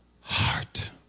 heart